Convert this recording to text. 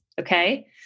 okay